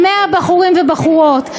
100 בחורים ובחורות,